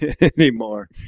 anymore